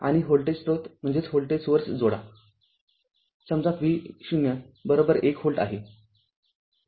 आणि व्होल्टेज स्रोत जोडा समजा V0१ व्होल्ट आहे